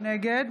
נגד